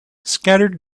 scattered